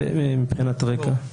זה מבחינת הרקע.